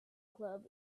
club